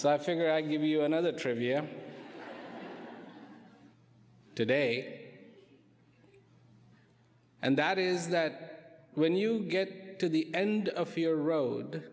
so i figure i'll give you another trivia today and that is that when you get to the end of fear road